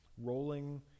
rolling